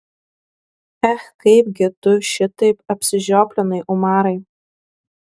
ech kaipgi tu šitaip apsižioplinai umarai